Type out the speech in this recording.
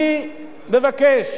אני מבקש